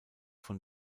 von